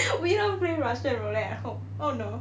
we don't play russian roulette at home oh no